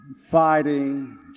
fighting